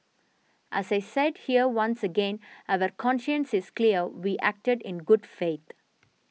as I said here once again our conscience is clear we acted in good faith